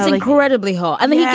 incredibly hot i mean, yeah